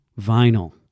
vinyl